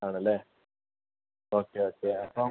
ആണല്ലേ okay okay അപ്പം